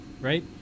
right